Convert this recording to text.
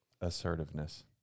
Assertiveness